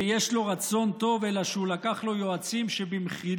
ויש לו רצון טוב, אלא שהוא לקח לו יועצים שבמחילה,